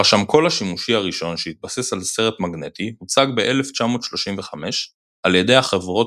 הרשמקול השימושי הראשון שהתבסס על סרט מגנטי הוצג ב-1935 על ידי החברות